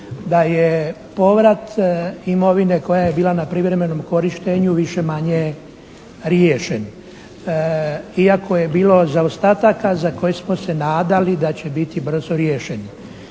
da je povrat imovine koja je bila na privremenom korištenju više-manje riješen iako je bilo zaostataka za koje smo se nadali da će biti brzo riješeni.